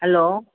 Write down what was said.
hello